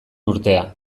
urtea